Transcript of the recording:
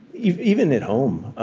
even at home,